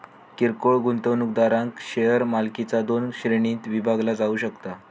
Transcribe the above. किरकोळ गुंतवणूकदारांक शेअर मालकीचा दोन श्रेणींत विभागला जाऊ शकता